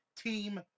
team